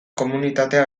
komunitatea